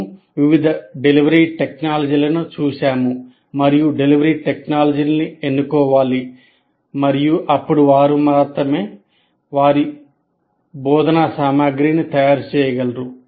మేము వివిధ డెలివరీ టెక్నాలజీలను చూశాము మరియు డెలివరీ టెక్నాలజీని ఎన్నుకోవాలి మరియు అప్పుడు వారు మాత్రమే వారి బోధనా సామగ్రిని తయారు చేయగలరు